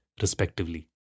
respectively